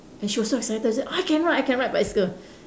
and she was so excited and say I can ride I can ride bicycle